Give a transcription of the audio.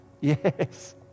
yes